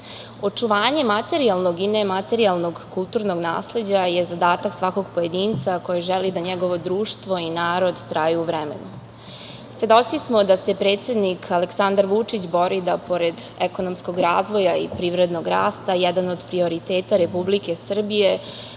očuvanje materijalnog i nematerijalnog kulturnog nasleđa je zadatak svakog pojedinca koji želi da njegovo društvo i narod traju vremenom. Svedoci smo da se predsednik Aleksandar Vučić bori da pored ekonomskog razvoja i privrednog rasta, jedan od prioriteta Republike Srbije